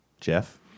jeff